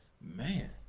Man